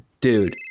Dude